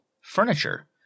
furniture